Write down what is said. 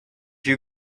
you